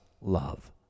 love